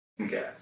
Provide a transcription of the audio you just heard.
Okay